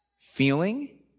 feeling